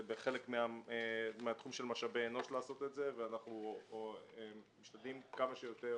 זה חלק מהתחום של משאבי אנוש לעשות את זה ואנחנו משתדלים כמה שיותר